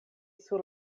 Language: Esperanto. sur